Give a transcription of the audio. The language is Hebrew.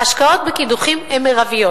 ההשקעות בקידוחים הן מרביות.